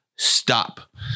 stop